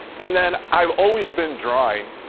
and then, i've always been drawing.